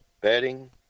bedding